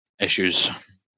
issues